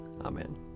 Amen